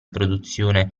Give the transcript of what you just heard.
produzione